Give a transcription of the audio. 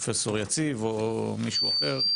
פרופסור יציב או מישהו אחר.